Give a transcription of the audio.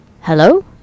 Hello